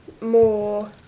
more